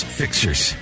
fixers